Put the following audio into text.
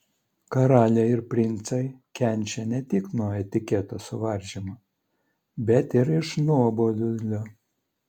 karaliai ir princai kenčia ne tik nuo etiketo suvaržymų bet ir iš nuobodulio